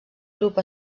grup